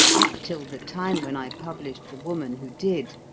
up till the time when i published the woman who did,